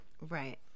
Right